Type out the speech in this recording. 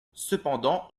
cependant